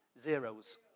zeros